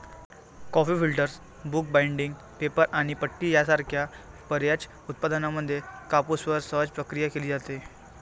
coffee filters, book binding, paper आणि पट्टी यासारख्या बर्याच उत्पादनांमध्ये कापूसवर सहज प्रक्रिया केली जाते